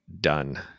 done